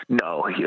No